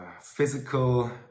physical